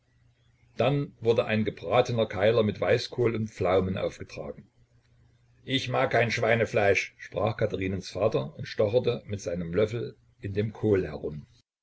dann wurde ein gebratener keiler mit weißkohl und pflaumen aufgetragen ich mag kein schweinefleisch sprach katherinens vater und stocherte mit seinem löffel in dem kohl herum